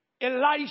Elisha